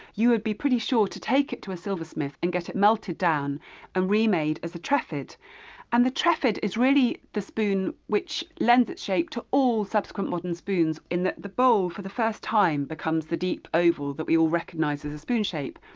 you would be pretty sure to take it to a silversmith and get it melted down and remade as a trefid and the trefid is really the spoon that lends its shape to all subsequent modern spoons, in that the bowl for the first time becomes the deep oval that we all recognize as a spoon shape.